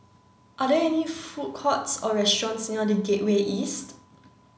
are there any food courts or restaurants near The Gateway East